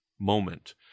moment